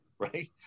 Right